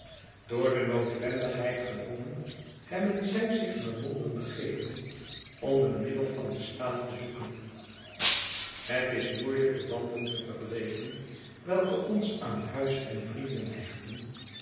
door de noodwendigheid gedwongen hebben zij zich naar londen begeven om een middel van bestaan te zoeken het is moeielijk de banden te verbreken welke ons aan huis en vrienden hechten